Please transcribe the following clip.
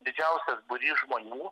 didžiausias būrys žmonių